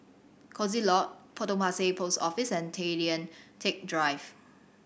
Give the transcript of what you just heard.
Coziee Lodge Potong Pasir Post Office and Tay Lian Teck Drive